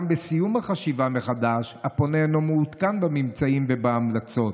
אולם בסיום החשיבה מחדש הפונה אינו מעודכן בממצאים ובהמלצות.